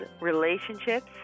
relationships